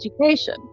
education